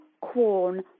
corn